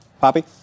Poppy